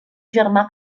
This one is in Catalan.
germà